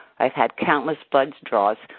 i've had countless blood draws,